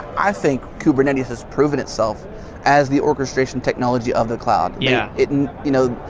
i think kubernetes has proven itself as the orchestration technology of the cloud. yeah it, and you know,